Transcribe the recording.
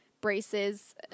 braces